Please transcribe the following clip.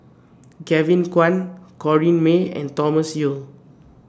Kevin Kwan Corrinne May and Thomas Yeo